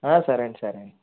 సరే అండి సరే అండి